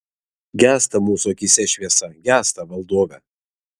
gęsta mūsų akyse šviesa gęsta valdove